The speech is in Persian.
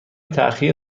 تاخیر